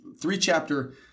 three-chapter